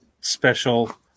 special